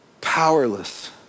powerless